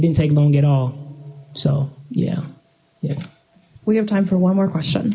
didn't take long at all so yeah yeah we have time for one more question